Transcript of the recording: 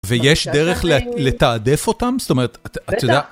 ויש דרך לתעדף אותם? זאת אומרת, את יודעת...